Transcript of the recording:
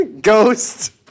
Ghost